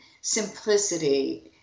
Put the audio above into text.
simplicity